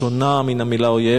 שונה מן המלה אויב,